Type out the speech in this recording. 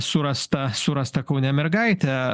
surastą surastą kaune mergaitę